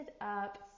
up